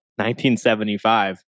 1975